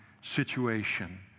situation